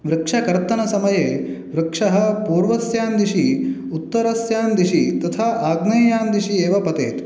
वृक्षकर्तनसमये वृक्षः पूर्वस्यां दिशि उत्तरस्यां दिशि तथा आग्नेयां दिशि एव पतेत्